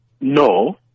No